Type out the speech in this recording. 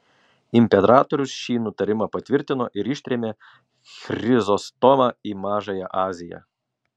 imperatorius šį nutarimą patvirtino ir ištrėmė chrizostomą į mažąją aziją